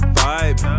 vibe